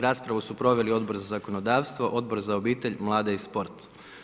Raspravu su proveli Odbor za zakonodavstvo, Odbor za obitelj, mlade i sport.